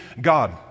God